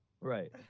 Right